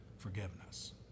Forgiveness